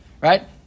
right